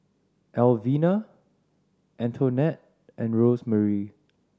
Elvina Antonette and Rosemarie